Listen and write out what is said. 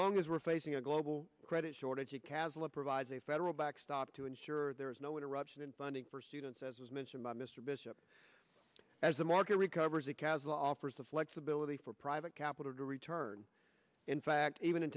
long as we're facing a global credit shortage a chasm that provides a federal backstop to ensure there is no interruption in funding for students as was mentioned by mr bishop as the market recovers a chasm offers the flexibility for private capital to return in fact even in